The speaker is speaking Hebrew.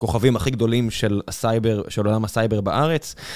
הכוכבים הכי גדולים של עולם הסייבר בארץ.